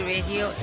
Radio